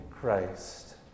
Christ